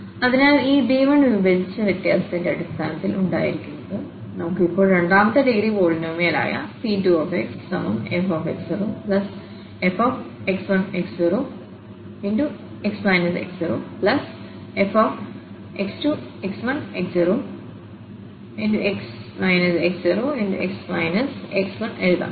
അതിനാൽ ഈ b1 വിഭജിച്ച വ്യത്യാസത്തിന്റെ അടിസ്ഥാനത്തിൽ ഉണ്ടായിരിക്കുന്നത് നമുക്ക് ഇപ്പോൾ രണ്ടാമത്തെ ഡിഗ്രി പോളിനോമിയൽആയP2xfx0fx1x0x x0fx2x1x0 എഴുതാം